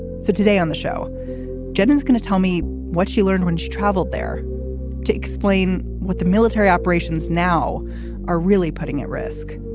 so today on the show and is going to tell me what she learned when she travelled there to explain what the military operations now are really putting at risk.